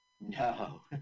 No